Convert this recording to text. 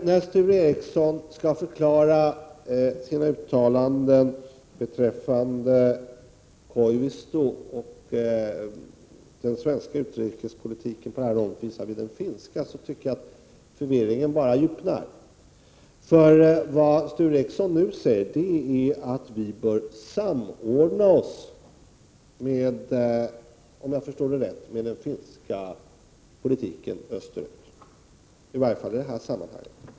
När Sture Ericson skall förklara sina uttalanden beträffande Koivisto och den svenska utrikespolitiken på det här området visavi den finska, tycker jag Prot. 1988/89:30 att förvirringen bara ökar. Vad han nu säger är, om jag förstår det rätt, att vi 23 november 1988 bör samordna oss med den finska politiken österut, i varje fall idet här. ZG sammanhanget.